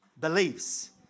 beliefs